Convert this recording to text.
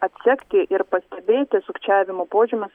atsekti ir pastebėti sukčiavimo požymius